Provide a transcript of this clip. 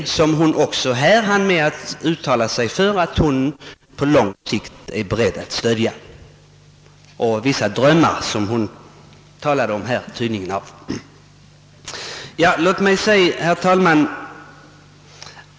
Dessa socialdemokrater hann hon också med att uttala sig för, och denna regering sade hon sig vara beredd att på lång sikt stödja.